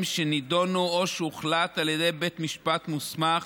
שנדונו או שהוחלטו בבית משפט מוסמך